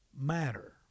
matter